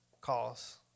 calls